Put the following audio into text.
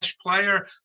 player